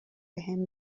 بهم